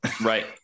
right